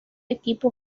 equipo